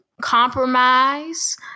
compromise